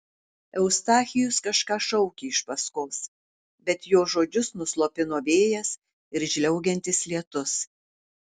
eustachijus kažką šaukė iš paskos bet jo žodžius nuslopino vėjas ir žliaugiantis lietus